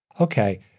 Okay